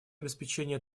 обеспечения